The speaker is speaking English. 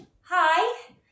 Hi